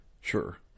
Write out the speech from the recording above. Sure